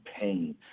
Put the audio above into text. pain